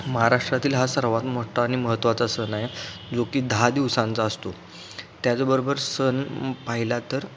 महाराष्ट्रातील हा सर्वात मोठा आणि महत्त्वाचा सण आहे जो की दहा दिवसांचा असतो त्याचबरोबर सण पाहिला तर